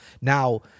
Now